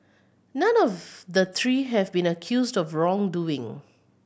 none of the three have been accused of wrongdoing